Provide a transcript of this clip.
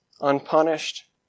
unpunished